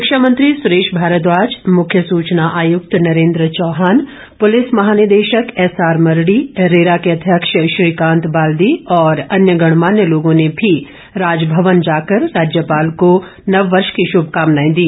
शिक्षामंत्री सुरेश भारद्वाज मुख्य सुचना आयुक्त नरेन्द्र चौहान पुलिस महानिदेशक एसआर मरडी रेरा के अध्यक्ष श्रीकांत बाल्दी और अन्य गणमान्य लोगों ने भी राजमवन जाकर राज्यपाल को नववर्ष की श्भकामनाएं दी